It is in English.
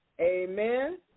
Amen